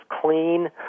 clean